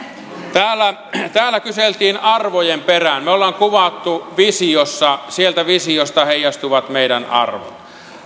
täällä täällä kyseltiin arvojen perään me olemme kuvanneet niitä visiossa sieltä visiosta heijastuvat meidän arvomme